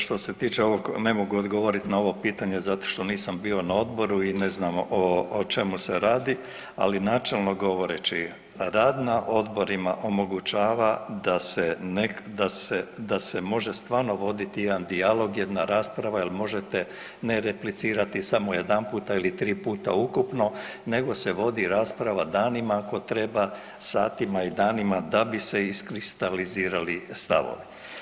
Što se tiče ovog ne mogu odgovoriti na ovo pitanje zato što nisam bio na odboru i ne znam o čemu se radi, ali načelno govoreći rad na odborima omogućava da se može stvarno voditi jedan dijalog, jedna rasprava jel možete ne replicirati samo jednputa ili tri puta ukupno nego se vodi rasprava danima ako treba, satima i danima da bi se iskristalizirali stavovi.